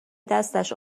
دستش